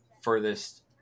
furthest